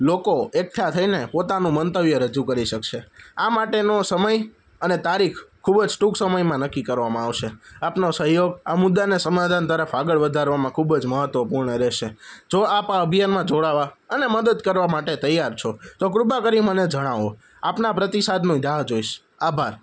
લોકો એકઠાં થઈને પોતાનું મંતવ્ય રજૂ કરી શકશે આ માટેનો સમય અને તારીખ ખૂબ જ ટૂંક સમયમાં નક્કી કરવામાં આવશે આપનો સહયોગ આ મુદ્દાને સમાધાન તરફ આગળ વધારવામાં ખૂબ જ મહત્ત્વપૂર્ણ રહેશે જો આપ આ અભિયાનમાં જોડાવા અને મદદ કરવા માટે તૈયાર છો તો કૃપા કરી મને જણાવો આપના પ્રતિસાદની રાહ જોઈશ આભાર